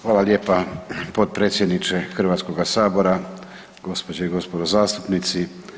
Hvala lijepa potpredsjedniče hrvatskoga Sabora, gospođe i gospodo zastupnici.